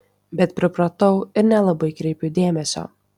bet pripratau ir nelabai kreipiu dėmesio